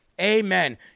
Amen